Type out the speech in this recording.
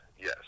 yes